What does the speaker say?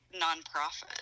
nonprofit